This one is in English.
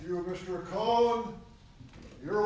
through your